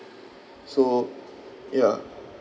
so yeah